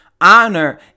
Honor